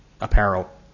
apparel